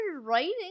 writing